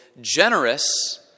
generous